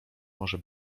może